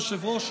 היושב-ראש,